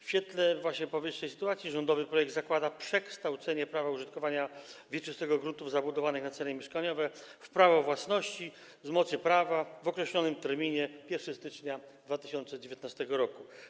W świetle właśnie powyższej sytuacji rządowy projekt zakłada przekształcenie prawa użytkowania wieczystego gruntów zabudowanych na cele mieszkaniowe w prawo własności z mocy prawa w określonym terminie, tj. 1 stycznia 2019 r.